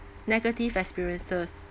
negative experiences